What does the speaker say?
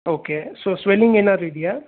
okay so swelling ಏನಾರು ಇದೆಯಾ